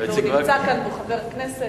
והוא נמצא כאן והוא חבר כנסת,